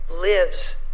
lives